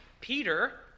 Peter